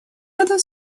ряда